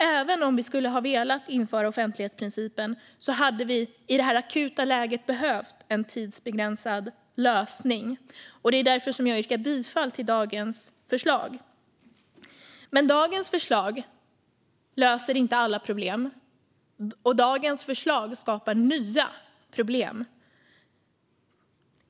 Även om vi skulle ha velat införa offentlighetsprincipen hade vi i det här akuta läget behövt en tidsbegränsad lösning. Det är därför jag yrkar bifall till dagens förslag. Men dagens förslag löser inte alla problem, och dagens förslag skapar nya problem.